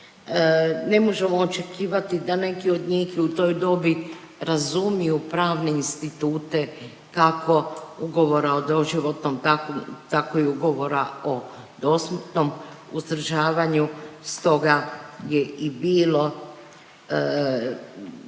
Ne možemo očekivati da neki od njih u toj dobi razumiju pravne institute kako ugovora o doživotnom, tako i ugovora o dosmrtnom uzdržavanju stoga je i bilo